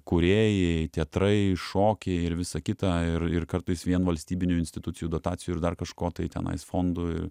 kūrėjai teatrai šokiai ir visa kita ir ir kartais vien valstybinių institucijų dotacijų ir dar kažko tai tenais fondų